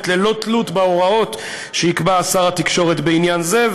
ללא תלות בהוראות שיקבע שר התקשורת בעניין זה.